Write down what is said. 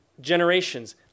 generations